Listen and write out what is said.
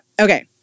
okay